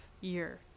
year